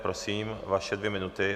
Prosím, vaše dvě minuty.